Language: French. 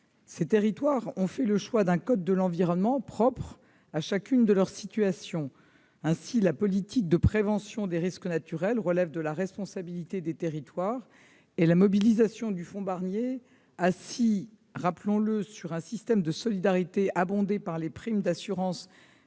Ces territoires ont fait le choix d'adopter un code de l'environnement propre à chacune de leur situation. Ainsi, la politique de prévention des risques naturels relève de la responsabilité des territoires et le fonds Barnier, assis, rappelons-le, sur un système de solidarité abondé par les primes d'assurance versées,